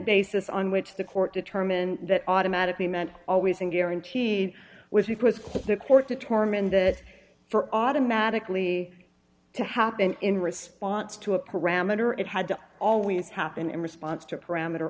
basis on which the court determined that automatically meant always and guaranteed was it was the court determined that for automatically to happen in response to a parameter it had to always happen in response to a parameter